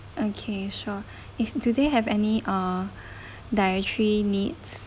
okay sure is do they have any uh dietary needs